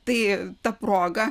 tai ta proga